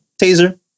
taser